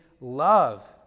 love